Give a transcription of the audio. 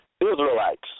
Israelites